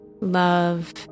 Love